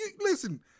listen